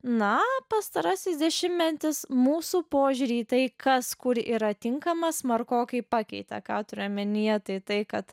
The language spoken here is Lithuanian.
na pastarasis dešimtmetis mūsų požiūrį į tai kas kuri yra tinkama smarkokai pakeitė ką turiu omenyje tai tai kad